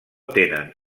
tenen